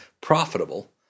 profitable